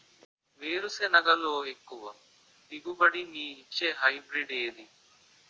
వేరుసెనగ లో ఎక్కువ దిగుబడి నీ ఇచ్చే హైబ్రిడ్ ఏది?